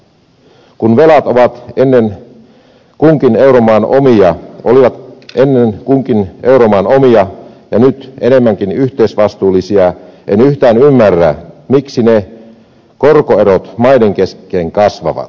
kun velat olivat ennen kunkin euromaan omia ja ne ovat nyt enemmänkin yhteisvastuullisia en yhtään ymmärrä miksi korkoerot maiden kesken kasvavat